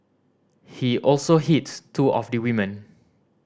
he also hits two of the women